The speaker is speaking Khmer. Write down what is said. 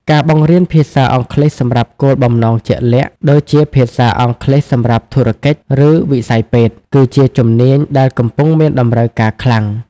ការបង្រៀនភាសាអង់គ្លេសសម្រាប់គោលបំណងជាក់លាក់ ដូចជាភាសាអង់គ្លេសសម្រាប់ធុរកិច្ច ឬវិស័យពេទ្យ គឺជាជំនាញដែលកំពុងមានតម្រូវការខ្លាំង។